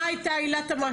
מה הייתה עילת המעצר?